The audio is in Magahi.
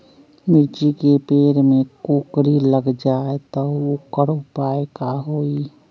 मिर्ची के पेड़ में कोकरी लग जाये त वोकर उपाय का होई?